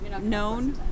known